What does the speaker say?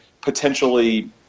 potentially